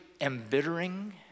embittering